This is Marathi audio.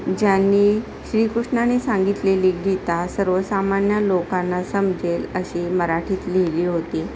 ज्यांनी श्रीकृष्णाने सांगितलेली गीता सर्वसामान्य लोकांना समजेल अशी मराठीत लिहिली होती